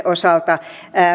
osalta